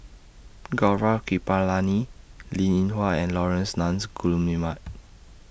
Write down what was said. Gaurav Kripalani Linn in Hua and Laurence Nunns Guillemard